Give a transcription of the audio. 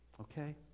okay